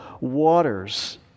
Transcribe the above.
waters